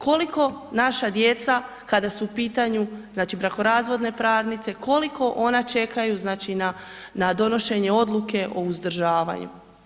Koliko naša djeca kada su u pitanju, znači brakorazvodne parnice, koliko ona čekaju, znači na, na donošenju odluke o uzdržavanju?